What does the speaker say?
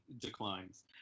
declines